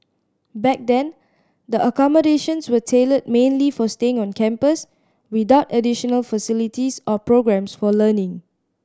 back then the accommodations were tailored mainly for staying on campus without additional facilities or programmes for learning